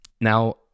Now